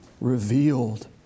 revealed